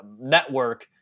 network